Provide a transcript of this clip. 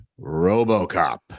RoboCop